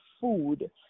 food